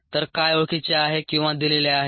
तर काय ओळखीचे आहे किंवा दिलेले आहे